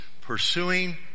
pursuing